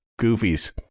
Goofies